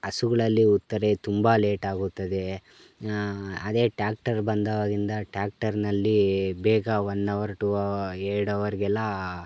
ಹಸುಗ್ಳಲ್ಲಿ ಉತ್ತರೆ ತುಂಬ ಲೇಟಾಗುತ್ತದೆ ಅದೇ ಟ್ಯಾಕ್ಟರ್ ಬಂದವಾಗಿಂದ ಟ್ಯಾಕ್ಟರ್ನಲ್ಲಿ ಬೇಗ ಒನ್ ಅವರ್ ಟು ಎರಡು ಅವರಿಗೆಲ್ಲ